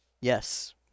Yes